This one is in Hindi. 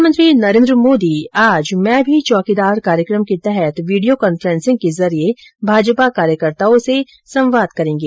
प्रधानमंत्री नरेन्द्र मोदी आज मैं भी चौकीदार कार्यक्रम के तहत वीडियो कान्फ्रेंसिग के जरिये भाजपा कार्यकर्ताओं से संवाद करेंगे